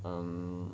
um